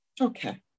Okay